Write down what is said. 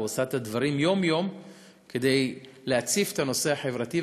דגלה ועושה את הדברים יום-יום כדי להציף את הנושא החברתי,